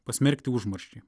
pasmerkti užmarščiai